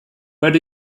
where